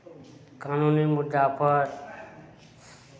कानूनी मुद्दापर